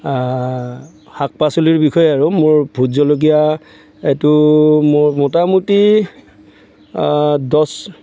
শাক পাচলিৰ বিষয়ে আৰু মোৰ ভোট জলকীয়া এইটো মোৰ মোটামুটি দহ